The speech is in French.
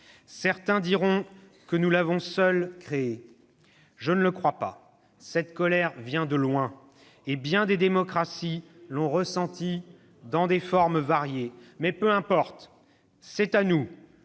Certains diront que nous l'avons seuls créée. Je ne le crois pas. Cette colère vient de loin, et bien des démocraties l'ont ressentie dans des formes variées. Mais peu importe. C'est à nous,